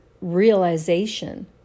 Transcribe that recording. realization